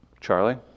Charlie